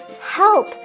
help